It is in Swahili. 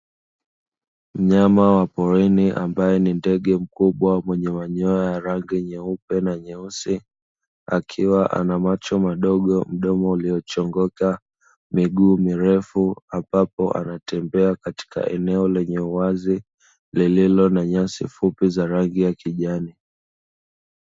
Mnyama wa porini ambaye ni ndege mkubwa mwenye manyoya ya rangi nyeupe na nyeusi, akiwa ana macho madogo, mdomo uliochongoka, miguu mirefu ambapo anatembea katika eneo lenye uwazi lililo na nyasi fupi za rangi ya kijani.